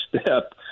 step